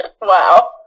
Wow